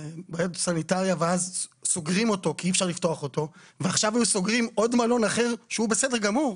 נסגר בגלל תנאים סניטריים ועכשיו סוגרים עוד מלון אחר שהוא בסדר גמור,